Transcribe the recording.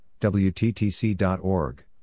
WTTC.org